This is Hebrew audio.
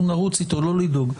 אנחנו נרוץ איתו לא לדאוג.